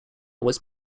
was